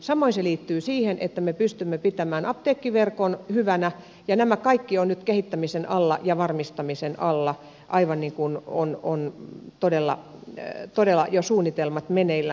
samoin se liittyy siihen että me pystymme pitämään apteekkiverkon hyvänä ja nämä kaikki ovat nyt kehittämisen alla ja varmistamisen alla aivan niin kuin ovat todella jo suunnitelmat meneillänsä